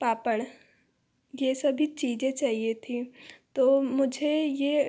पापड़ ये सभी चीज़ें चाहिए थीं तो मुझे ये